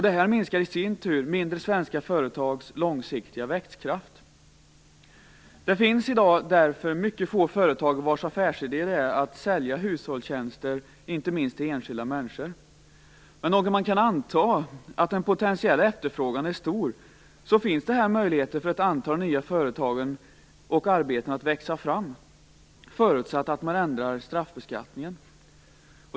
Det minskar i sin tur mindre svenska företags långsiktiga växtkraft. Det finns därför i dag mycket få företag vars affärsidé är att sälja hushållstjänster inte minst till enskilda människor. Men då man kan anta att den potentiella efterfrågan är stor finns det här möjligheter för ett antal nya företag och arbeten att växa fram - förutsatt att man ändrar straffbeskattningen.